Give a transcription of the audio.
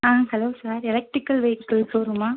ah hello sir electrical vehicle ஷோரூமா